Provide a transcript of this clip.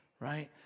right